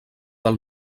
del